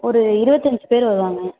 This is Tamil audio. ஒரு இருபத்தஞ்சி பேர் வருவாங்க